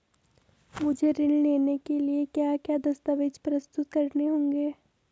मुझे ऋण लेने के लिए क्या क्या दस्तावेज़ प्रस्तुत करने होंगे?